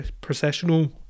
processional